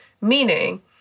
Meaning